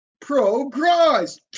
progress